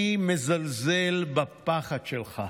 אני מזלזל בפחד שלך.